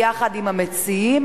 יחד עם המציעים,